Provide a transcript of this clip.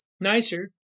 nicer